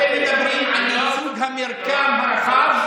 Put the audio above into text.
אתם מדברים על ייצוג המרקם הרחב,